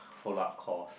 follow up calls